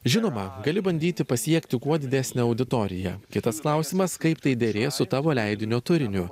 žinoma gali bandyti pasiekti kuo didesnę auditoriją kitas klausimas kaip tai derės su tavo leidinio turiniu